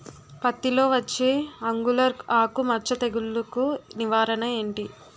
పత్తి లో వచ్చే ఆంగులర్ ఆకు మచ్చ తెగులు కు నివారణ ఎంటి?